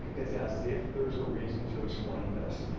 it's as if there's a reason to explain this,